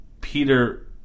Peter